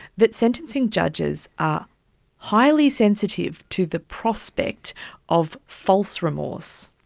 that sentencing judges are highly sensitive to the prospect of false remorse.